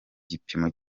gipimo